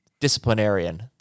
disciplinarian